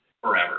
forever